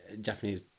Japanese